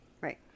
Right